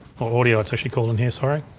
or audio, it's actually called in here sorry.